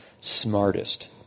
smartest